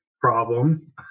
problem